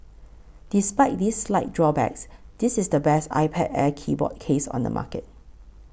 despite these slight drawbacks this is the best iPad Air keyboard case on the market